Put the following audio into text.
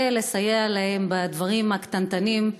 ולסייע להם בדברים הקטנטנים,